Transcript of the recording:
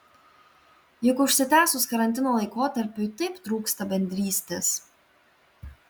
juk užsitęsus karantino laikotarpiui taip trūksta bendrystės